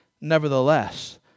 Nevertheless